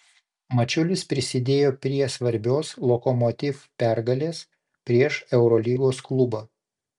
mačiulis prisidėjo prie svarbios lokomotiv pergalės prieš eurolygos klubą